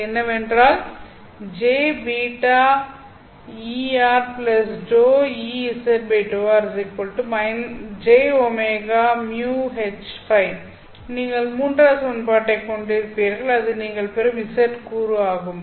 அது என்னவென்றால் jβEr ∂Ez∂r jωμHØ நீங்கள் மூன்றாவது சமன்பாட்டைக் கொண்டிருக்கிறீர்கள் இது நீங்கள் பெறும் z கூறு ஆகும்